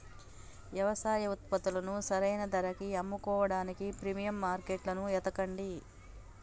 యవసాయ ఉత్పత్తులను సరైన ధరకి అమ్ముకోడానికి ప్రీమియం మార్కెట్లను ఎతకండి